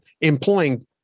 employing